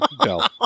Bell